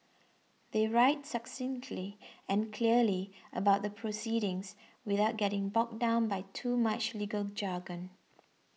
they write succinctly and clearly about the proceedings without getting bogged down by too much legal jargon